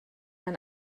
ein